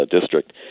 district